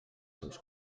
seus